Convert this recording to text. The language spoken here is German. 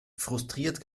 frustriert